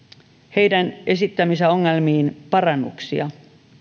heidän esittämiinsä ongelmiin tulee parannuksia